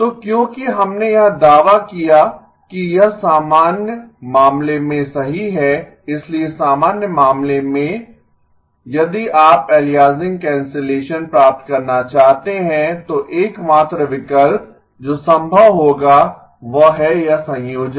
तो क्योंकि हमने यह दावा किया कि यह सामान्य मामले में सही है इसलिए सामान्य मामले में यदि आप अलियासिंग कैंसलेशन प्राप्त करना चाहते हैं तो एकमात्र विकल्प जो संभव होगा वह है यह संयोजन